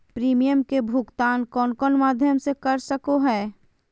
Premium के भुक्तान कौन कौन माध्यम से कर सको है?